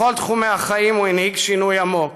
בכל תחומי החיים הוא הנהיג שינוי עמוק.